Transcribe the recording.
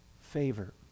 favor